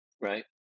right